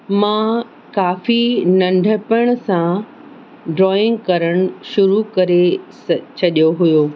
मां काफ़ी नंढपण सां ड्रॉइंग करणु शुरू करे स छॾियो हुओ